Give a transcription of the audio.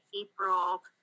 April